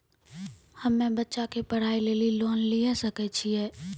हम्मे बच्चा के पढ़ाई लेली लोन लिये सकय छियै?